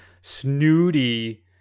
snooty